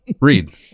read